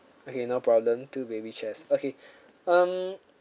okay no problem two baby chairs okay um